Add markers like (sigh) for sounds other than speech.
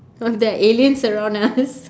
or if there are aliens around us (laughs)